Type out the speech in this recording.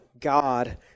God